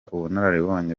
ubunararibonye